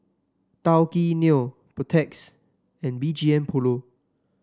Tao Kae Noi Protex and B G M Polo